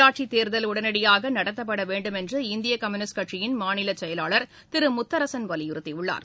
உள்ளாட்சித் தேர்தல் உடனடியாக நடத்தப்பட வேண்டும் என்று இந்திய கம்யூனிஸ்ட் கட்சியின் மாநில செயலாளர் திரு முத்தரசன் வலியுறுத்தியுள்ளார்